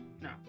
No